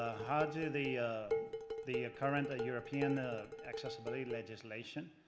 ah how do the the current european accessibility legislation